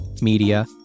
media